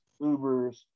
Ubers